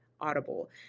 audible